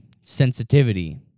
sensitivity